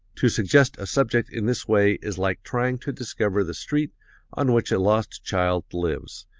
to suggest a subject in this way is like trying to discover the street on which a lost child lives,